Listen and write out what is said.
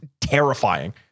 terrifying